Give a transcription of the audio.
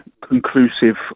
conclusive